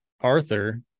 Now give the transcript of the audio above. arthur